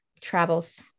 travels